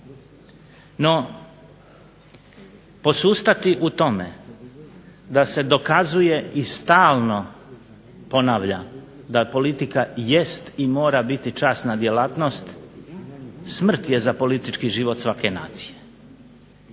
No, posustati u tome da se dokazuje i stalno ponavlja da politika jest i mora biti časna djelatnost smrt je za politički život svake nacije.